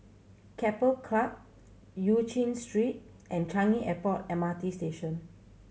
Keppel Club Eu Chin Street and Changi Airport M R T Station